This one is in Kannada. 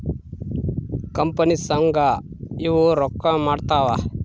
ಕಂಪನಿ ಸಂಘ ಇವು ರೊಕ್ಕ ಮಾಡ್ತಾವ